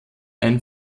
ein